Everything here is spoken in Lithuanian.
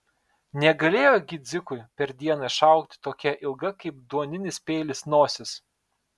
negalėjo gi dzikui per dieną išaugti tokia ilga kaip duoninis peilis nosis